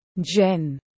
Jen